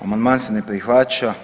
Amandman se ne prihvaća.